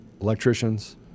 electricians